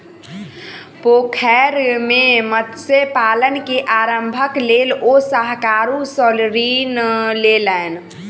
पोखैर मे मत्स्य पालन के आरम्भक लेल ओ साहूकार सॅ ऋण लेलैन